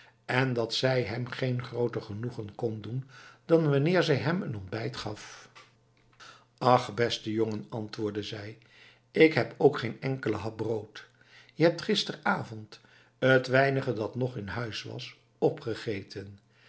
en dat zij hem geen grooter genoegen kon doen dan wanneer zij hem een ontbijt gaf ach beste jongen antwoordde zij ik heb ook geen enkelen hap brood je hebt gisteravond t weinige dat nog in huis was opgegeten